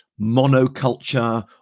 monoculture